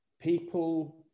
people